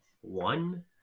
one